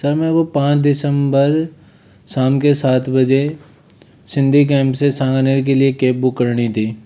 sir मैं वह पाँच दिसम्बर शाम के सात बजे सिंधी कैंट से सांगनारे के लिए कैब बुक करनी थी